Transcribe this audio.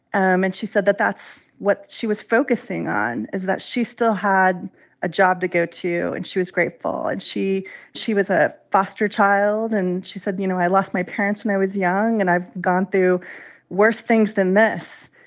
um and she said that that's what she was focusing on is that she still had a job to go to and she was grateful and she she was a foster child. and she said, you know, i lost my parents when i was young, and i've gone through worse things than this.